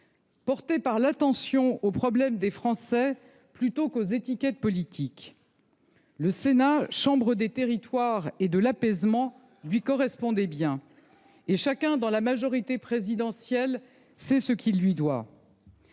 porté par l’attention aux problèmes des Français plutôt qu’aux étiquettes politiques. Le Sénat, chambre des territoires et de l’apaisement, lui correspondait bien, et chacun dans la majorité présidentielle sait ce qu’il lui doit.